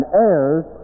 heirs